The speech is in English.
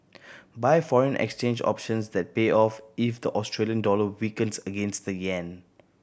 buy foreign exchange options that pay off if the Australian dollar weakens against the yen